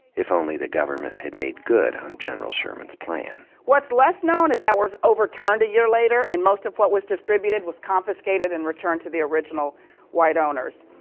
if only the government had made good on general sherman's plan. what's less known is that was overturned a year later, and most of what was distributed was confiscated and returned to the original white owners.